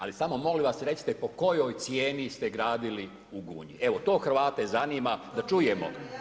Ali, samo molim vas, po kojoj cijeni ste gradili u Gunji, evo to hrvate zanima, da čujemo.